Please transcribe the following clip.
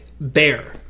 Bear